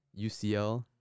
ucl